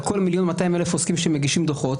כל מיליון ומאתיים אלף עוסקים שמגישים דו"חות,